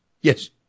Yes